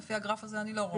לפי הגרף הזה, אני לא רואה.